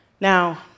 Now